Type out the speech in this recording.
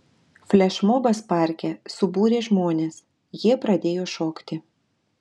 flešmobas parke subūrė žmones jie pradėjo šokti